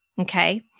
Okay